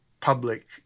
public